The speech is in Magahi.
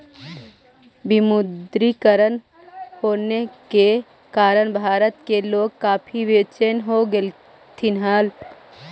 विमुद्रीकरण होने के कारण भारत के लोग काफी बेचेन हो गेलथिन हल